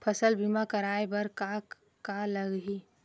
फसल बीमा करवाय बर का का लगही?